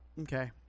okay